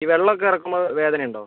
ഈ വെള്ളം ഒക്കെ ഇറക്കുമ്പോൾ വേദന ഉണ്ടോ